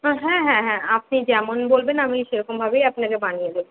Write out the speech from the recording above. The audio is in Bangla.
হ্যাঁ হ্যাঁ হ্যাঁ আপনি যেমন বলবেন আমি সেরকমভাবেই আপনাকে বানিয়ে দেব